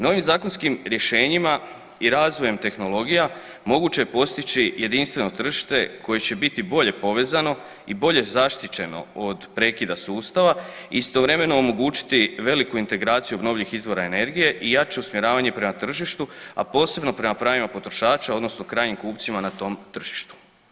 Novim zakonskim rješenjima i razvojem tehnologija moguće je postići jedinstveno tržište koje će biti bolje povezano i bolje zaštićeno od prekida sustava i istovremeno omogućiti veliku integraciju obnovljivih izvora energije i jače usmjeravanje prema tržištu, a posebno prema pravima potrošača odnosno krajnjim kupcima na tom tržištu.